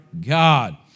God